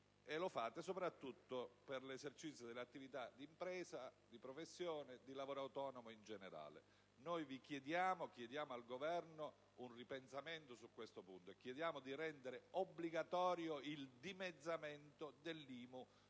e questo soprattutto per l'esercizio dell'attività di impresa, di professione e di lavoro autonomo in generale. Chiediamo alla maggioranza ed al Governo un ripensamento su questo punto e chiediamo di rendere obbligatorio il dimezzamento dell'IMU